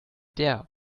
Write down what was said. der